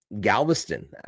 Galveston